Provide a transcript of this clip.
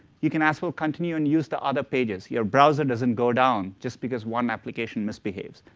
you can also continue and use the other pages. your browser doesn't go down just because one application misbehaves.